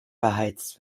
beheizt